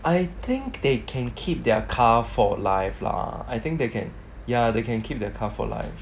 I think they can keep their car for life lah I think they can ya they can keep their account for life